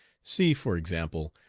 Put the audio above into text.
see, for example,